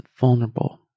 vulnerable